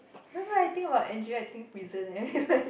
cause I think about Angela I think prison eh